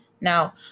Now